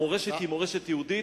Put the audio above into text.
המורשת היא מורשת יהודית,